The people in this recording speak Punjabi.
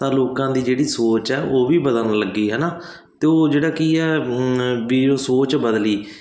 ਤਾਂ ਲੋਕਾਂ ਦੀ ਜਿਹੜੀ ਸੋਚ ਹੈ ਉਹ ਵੀ ਬਦਲਣ ਲੱਗੀ ਹੈ ਨਾ ਅਤੇ ਉਹ ਜਿਹੜਾ ਕੀ ਆ ਬੀ ਉਹ ਸੋਚ ਬਦਲੀ